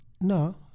No